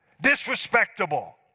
disrespectable